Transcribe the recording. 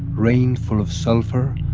rain full of sulfur,